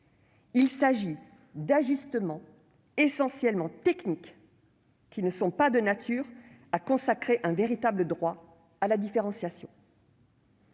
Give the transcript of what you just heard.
« d'ajustements essentiellement techniques, qui ne sont pas de nature à consacrer un véritable droit à la différenciation